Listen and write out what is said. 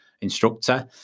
instructor